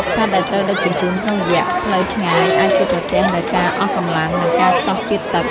សត្វដែលត្រូវដឹកជញ្ជូនក្នុងរយៈផ្លូវឆ្ងាយអាចជួបប្រទះនូវការអស់កម្លាំង និងការខ្សោះជាតិទឹក។